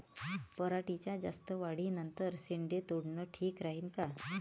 पराटीच्या जास्त वाढी नंतर शेंडे तोडनं ठीक राहीन का?